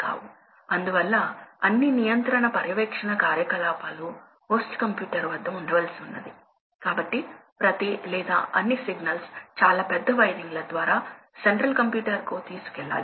కాబట్టి చివరకు చర్చా సమయంలో ఏ రకమైన ఫ్లో కంట్రోల్ ను ఎన్నుకోవాలో లేదా డ్రైవ్ చేయాలో కూడా మనం చూస్తాము